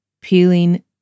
peeling